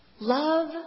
love